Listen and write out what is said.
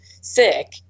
sick